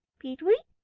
peet-weet!